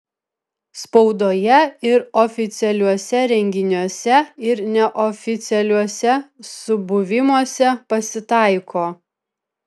spaudoje ir oficialiuose renginiuose ir neoficialiuose subuvimuose pasitaiko